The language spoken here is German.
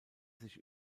sich